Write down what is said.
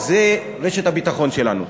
אז זו רשת הביטחון שלנו.